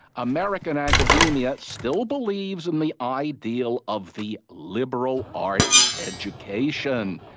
american academia still believes in the ideal of the liberal arts education.